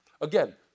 Again